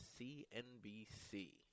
CNBC